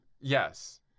Yes